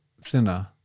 thinner